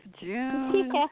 June